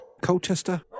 Colchester